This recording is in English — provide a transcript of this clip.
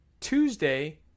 Tuesday